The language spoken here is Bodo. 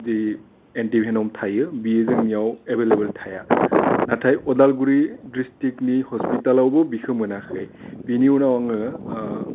जि एन्टिभिनम थायो बियो जोंनियाव एबोलेभेल थाया नाथाय अदालगुरि डिक्ट्रिक्टनि हस्पितालावबो बिखो मोनाखै बिनि उनाव आङो